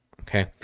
Okay